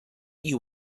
you